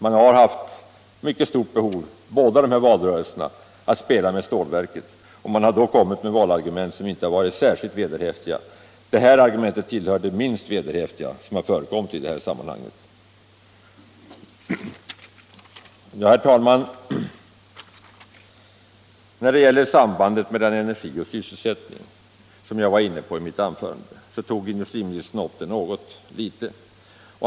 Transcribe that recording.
Man har i två valrörelser haft mycket stort behov av att spela med stålverket, och man har då kommit med argument som inte varit särskilt vederhäftiga. Det här argumentet tillhör de minst vederhäftiga som förekommit i sammanhanget. Herr talman! Sambandet mellan energi och sysselsättning, som jag var inne på i mitt anförande, tog industriministern upp något litet.